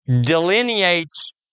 delineates